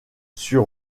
sur